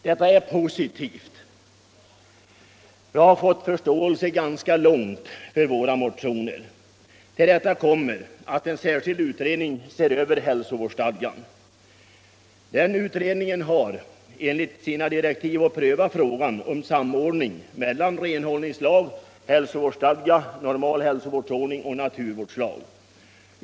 Detta är positivt, och vi har alltså fått ganska stor förståelse för våra motioner. Till det kommer att en särskild utredning ser över hälsovårdsstadgan. Den utredningen har enligt sina direktiv att pröva frågan om samordning mellan renhållningslag, hälsovårdsstadga, normal hälsovårdsordning och naturvårdslag.